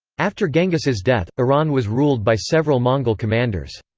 after genghis's death, iran was ruled by several mongol commanders.